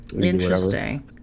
interesting